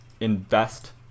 invest